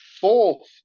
fourth